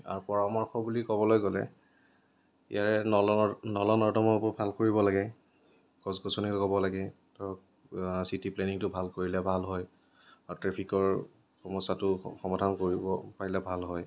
পৰামৰ্শ বুলি ক'বলৈ গ'লে ইয়াৰে নলৰ নলা নৰ্দমাবোৰ ভাল কৰিব লাগে গছ গছনি ৰুব লাগে ধৰক চিটি প্লেনিংটো ভাল কৰিলে ভাল হয় আৰু ট্ৰেফিকৰ সমস্যাটো সম সমাধান কৰিব পাৰিলে ভাল হয়